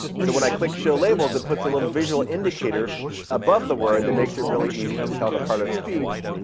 so when i click show labels, it puts a visual indicator above the word that makes it really easy to tell the part of speech,